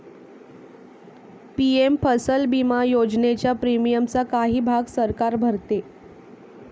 PM फसल विमा योजनेच्या प्रीमियमचा काही भाग सरकार भरते